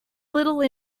little